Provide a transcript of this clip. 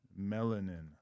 Melanin